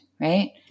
right